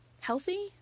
healthy